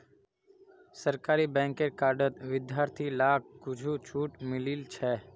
सरकारी बैंकेर कार्डत विद्यार्थि लाक कुछु छूट मिलील छ